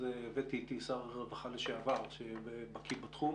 אז הבאתי איתי שר רווחה לשעבר שבקיא בתחום.